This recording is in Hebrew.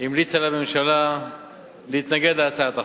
המליצה לממשלה להתנגד להצעת החוק,